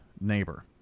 neighbor